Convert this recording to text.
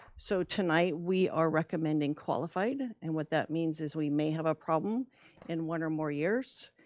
so tonight we are recommending qualified. and what that means is we may have a problem in one or more years,